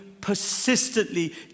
persistently